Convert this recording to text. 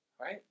Right